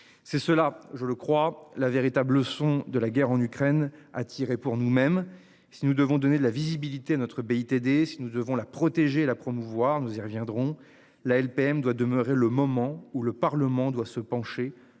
C'est cela, je le crois, la véritable sont de la guerre en Ukraine à tirer pour nous même si nous devons donner de la visibilité notre BITD si nous devons la protéger la promouvoir, nous y reviendrons la LPM doit demeurer le moment où le Parlement doit se pencher